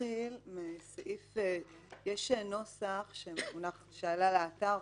יש נוסח שעלה לאתר,